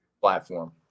platform